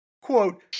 Quote